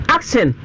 Action